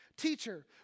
Teacher